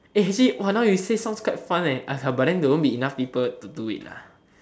actually now you say sounds quite fun but won't be enough people to do it